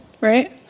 right